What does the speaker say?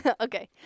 Okay